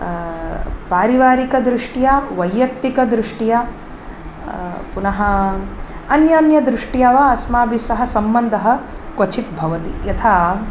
पारिवारिकदृष्ट्या वैयक्तिकदृष्ट्या पुनः अन्यान्यदृष्ट्या वा अस्माभिस्सह सम्बन्धः क्वचित्भवति यथा